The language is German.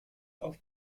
auf